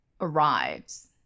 arrives